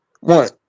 one